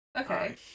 okay